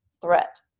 threat